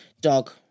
Dog